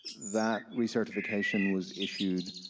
that re-certification was issued